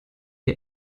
der